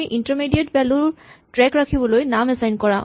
তুমি intermediate value ৰ track ৰাখিবলৈ নাম এচাইন কৰা